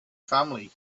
family